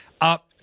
up